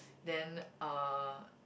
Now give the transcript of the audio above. then uh